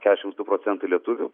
keturiasdešims du procentai lietuvių